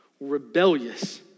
rebellious